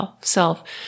self